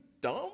dumb